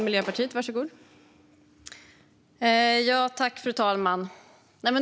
Fru talman!